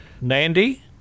Nandi